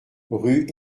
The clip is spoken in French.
rue